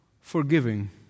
forgiving